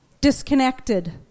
disconnected